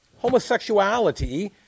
Homosexuality